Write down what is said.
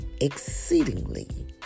exceedingly